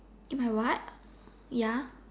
in my what ya